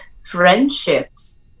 friendships